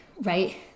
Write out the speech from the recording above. right